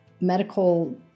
medical